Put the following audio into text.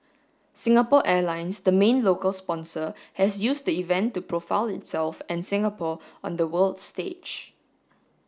Singapore Airlines the main local sponsor has used the event to profile itself and Singapore on the world stage